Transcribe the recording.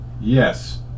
Yes